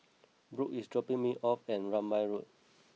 Brook is dropping me off at Rambai Road